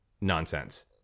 nonsense